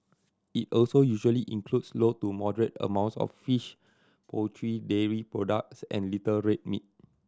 it also usually includes low to moderate amounts of fish poultry dairy products and little red meat